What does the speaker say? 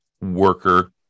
worker